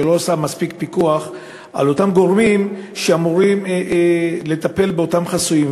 היא לא מפקחת מספיק על אותם גורמים שאמורים לטפל באותם חסויים.